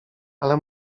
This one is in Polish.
ale